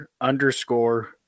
underscore